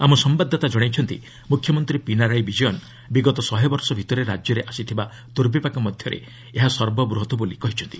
ଆମ ସମ୍ଭାଦଦାତା ଜଣାଇଛନ୍ତି ମ୍ରଖ୍ୟମନ୍ତ୍ରୀ ପିନାରାୟି ବିକୟନ୍ ବିଗତ ଶହେ ବର୍ଷ ଭିତରେ ରାଜ୍ୟରେ ଆସିଥିବା ଦୁର୍ବିପାକ ମଧ୍ୟରେ ଏହା ସର୍ବବୃହତ୍ ବୋଲି କହିଛନ୍ତି